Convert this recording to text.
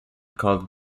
called